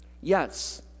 Yes